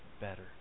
better